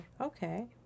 Okay